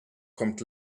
kommt